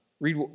Read